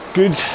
good